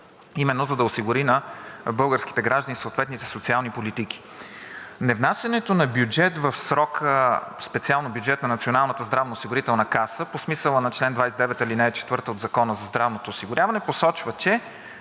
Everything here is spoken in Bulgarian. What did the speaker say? за да осигури именно на българските граждани съответните социални политики. Невнасянето на бюджет в срок, специално бюджетът на Националната здравноосигурителна каса по смисъла на чл. 29, ал. 4 от Закона за здравното осигуряване посочва, че